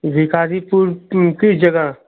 जी काजीपुर किस जगह